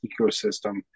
ecosystem